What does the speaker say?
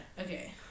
okay